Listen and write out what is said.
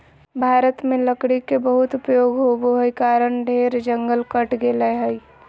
भारत में लकड़ी के बहुत उपयोग होबो हई कारण ढेर जंगल कट गेलय हई